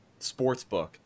sportsbook